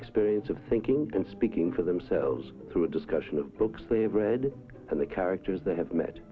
experience of thinking and speaking for themselves through a discussion of books they've read and the characters they have met